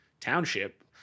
township